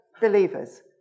believers